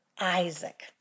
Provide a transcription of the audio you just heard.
Isaac